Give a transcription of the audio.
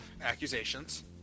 accusations